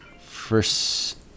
First